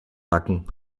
backen